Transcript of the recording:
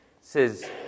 says